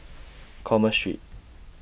Commerce Street